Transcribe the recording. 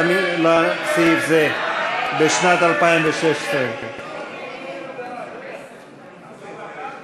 לסעיף זה לשנת 2016. ההסתייגויות